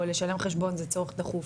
או לשלם חשבון זה צורך דחוף.